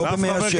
לא במאה שערים.